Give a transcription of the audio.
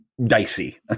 Dicey